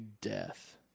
death